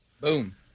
Boom